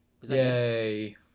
Yay